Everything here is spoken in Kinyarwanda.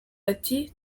ati